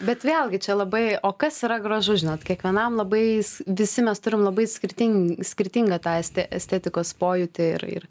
bet vėlgi čia labai o kas yra gražu žinot kiekvienam labais visi mes turim labai skirting skirtingą tą este estetikos pojūtį ir ir